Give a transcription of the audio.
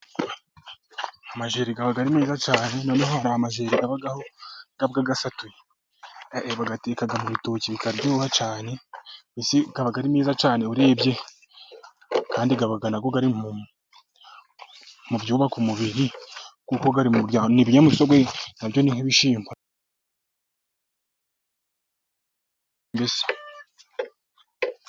Amajeri aba ari meza cyane, noneho hari amajeri aba asatuye bayateka mu bitoki bikaryoha cyane. Mbesi aba ari meza cyane, urebye kandi nayo ni mubyubaka umubiri, kuko ni ibinyamisogwe nabyo ni nk'ibishyimbo mbese.